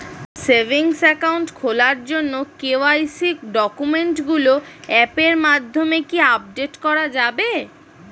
Savings account খোলার জন্য KYC ডকুমেন্টগুলো অ্যাপের মাধ্যমে কি আপডেট করা যাবে?